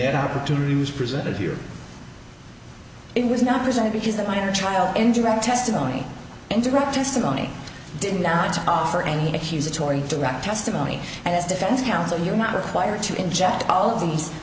that opportunity was presented here it was not presented because the minor child in direct testimony in direct testimony did not offer any accusatory direct testimony and as defense counsel you're not required to inject all of these